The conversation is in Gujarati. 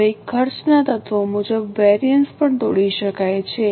હવે ખર્ચના તત્વો મુજબ વેરિએન્સ પણ તોડી શકાય છે